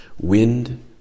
Wind